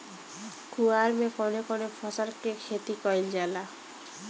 कुवार में कवने कवने फसल के खेती कयिल जाला?